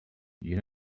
you